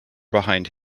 behind